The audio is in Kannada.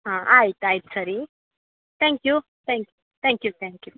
ಹಾಂ ಆಯ್ತು ಆಯ್ತು ಸರಿ thank you thank you thank you thank you